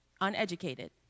uneducated